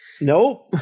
Nope